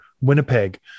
Winnipeg